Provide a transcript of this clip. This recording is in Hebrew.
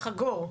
חגור.